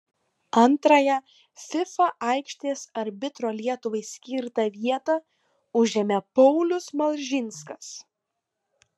antrąją fifa aikštės arbitro lietuvai skirtą vietą užėmė paulius malžinskas